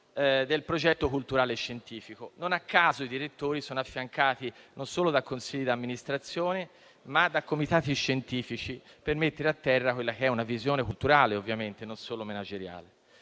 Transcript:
un progetto culturale e scientifico. Non a caso i direttori sono affiancati non solo da consigli d'amministrazione, ma anche da comitati scientifici, per mettere a terra una visione culturale e non solo manageriale.